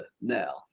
now